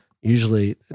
Usually